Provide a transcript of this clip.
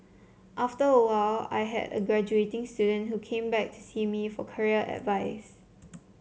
after a while I had a graduating student who came back to see me for career advice